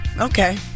okay